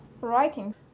writing